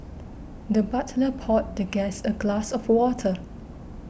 the butler poured the guest a glass of water